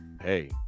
hey